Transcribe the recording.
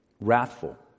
wrathful